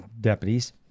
deputies